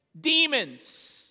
demons